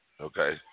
Okay